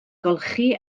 golchi